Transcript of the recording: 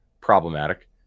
problematic